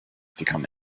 become